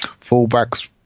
Fullbacks